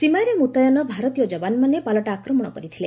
ସୀମାରେ ମୁତ୍ୟନ ଭାରତୀୟ ଯବାନମାନେ ପାଲଟା ଆକ୍ରମଣ କରିଥିଲେ